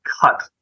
cut